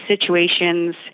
situations